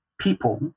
people